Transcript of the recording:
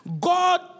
God